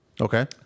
okay